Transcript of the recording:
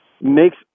makes